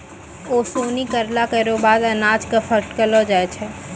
ओसौनी करला केरो बाद अनाज क फटकलो जाय छै